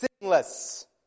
sinless